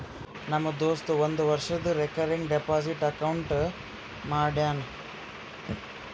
ನಮ್ ದೋಸ್ತ ಒಂದ್ ವರ್ಷದು ರೇಕರಿಂಗ್ ಡೆಪೋಸಿಟ್ ಅಕೌಂಟ್ ಮಾಡ್ಯಾನ